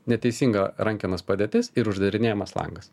neteisinga rankenos padėtis ir uždarinėjamas langas